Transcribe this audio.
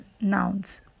nouns